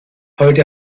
heute